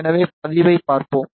எனவே பதிலைப் பார்ப்போம்